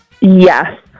Yes